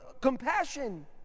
compassion